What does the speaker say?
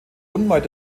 unweit